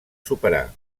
superar